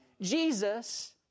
Jesus